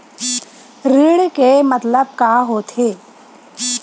ऋण के मतलब का होथे?